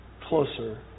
closer